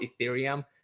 Ethereum